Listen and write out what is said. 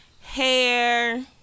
hair